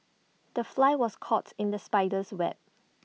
the fly was caught in the spider's web